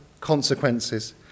consequences